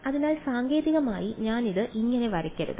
അതിനാൽ സാങ്കേതികമായി ഞാൻ ഇത് ഇങ്ങനെ വരയ്ക്കരുത്